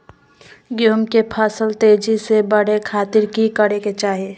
गेहूं के फसल तेजी से बढ़े खातिर की करके चाहि?